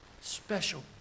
Special